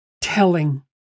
telling